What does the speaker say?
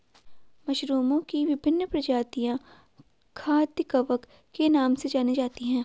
मशरूमओं की विभिन्न प्रजातियां खाद्य कवक के नाम से जानी जाती हैं